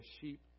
sheep